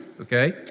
okay